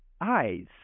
eyes